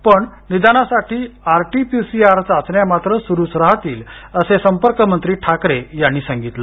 पण निदानासाठीच्या RT PCR चाचण्या मात्र सुरुच राहतील असेही संपर्कमंत्री ठाकरे यांनी सांगितले